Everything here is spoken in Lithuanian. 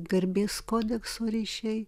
garbės kodekso ryšiai